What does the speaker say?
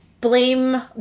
blame